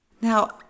Now